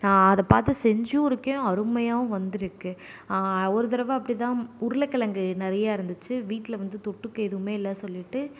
நான் அது பார்த்து செஞ்சும் இருக்கேன் அருமையாகவும் வந்து இருக்குது ஆனால் ஒரு தடவை அப்படிதான் உருளக்கிழங்கு நிறையா இருந்துச்சு வீட்டில வந்து தொட்டுக்க எதுவுமே இல்லை சொல்லிட்டு